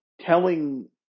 telling